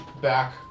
Back